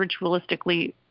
ritualistically